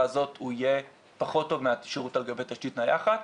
הזאת יהיה פחות טוב מהשירות על גבי תשתית נייחת,